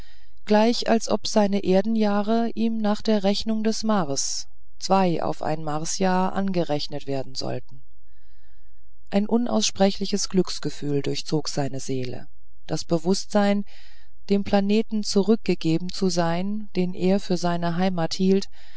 gleich als ob seine erdenjahre ihm nach der rechnung des mars zwei auf ein marsjahr angerechnet werden sollten ein unaussprechliches glücksgefühl durchzog seine seele das bewußtsein dem planeten zurückgegeben zu sein den er für seine heimat hielt